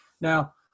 Now